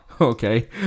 Okay